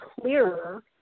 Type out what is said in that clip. clearer